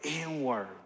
inward